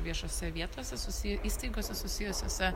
viešose vietose susiję įstaigose susijusiose